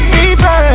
Fever